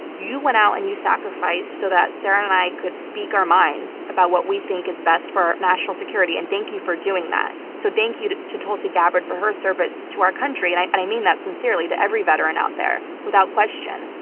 you went out and you sacrificed so that sarah and i could speak our minds about what we think is best for our national security, and thank you for doing that. so thank you to to tulsi gabbard for her service to our country, and i and i mean that sincerely to every veteran out there, without question.